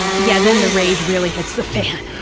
yeah, then the rage really hits the fan.